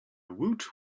woot